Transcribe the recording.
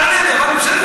אני לא שמעתי את השאלה.